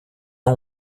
ans